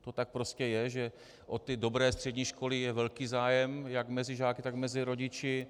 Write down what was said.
To tak prostě je, že o dobré střední školy je velký zájem jak mezi žáky, tak mezi rodiči.